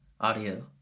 audio